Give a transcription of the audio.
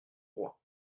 roi